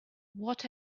what